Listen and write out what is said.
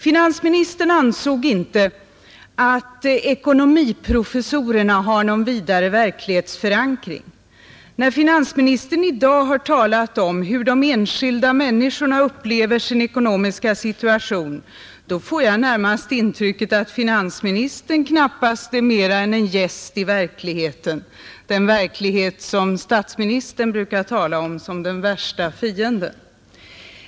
Finansministern ansåg inte att ekonomiprofessorerna har någon vidare verklighetsförankring. När finansministern i dag har talat om hur de enskilda människorna upplever sin ekonomiska situation, har jag närmast fått intrycket att finansministern knappast är mer än en gäst hos verkligheten, den verklighet som statsministern brukar tala om som den värsta fienden.